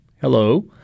hello